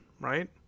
right